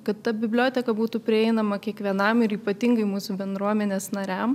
kad ta biblioteka būtų prieinama kiekvienam ir ypatingai mūsų bendruomenės nariam